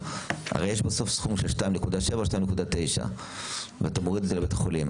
יש בסוף סכום של 2.7 או 2.9 ואתה מוריד את זה מבית החולים.